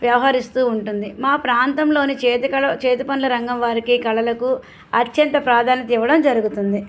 వ్యవహరిస్తూ ఉంటుంది మా ప్రాంతంలోని చేతి కళల చేతిపనుల రంగం వారికి కళలకు అత్యంత ప్రాధాన్యత ఇవ్వడం జరుగుతుంది